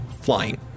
Flying